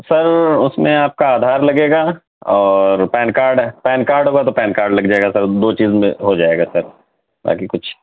سر اس میں آپ کا آدھار لگے گا اور پین کارڈ پین کارڈ ہوگا تو پین کارڈ لگ جائے گا سر دو چیز میں ہو جائے گا سر باقی کچھ